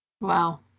Wow